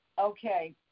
okay